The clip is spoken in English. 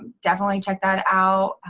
definitely check that out.